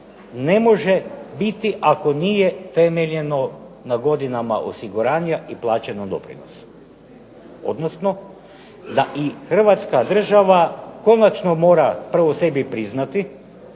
ne može biti ako nije temeljeno na godinama osiguranja i plaćenom doprinosu. Odnosno da i Hrvatska država konačno mora prvo sebi priznati,